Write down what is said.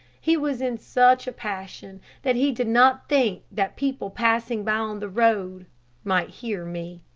he was in such a passion that he did not think that people passing by on the road might hear me.